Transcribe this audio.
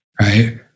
right